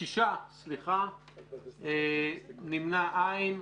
הצבעה בעד, 4 נגד, 6 לא אושרה.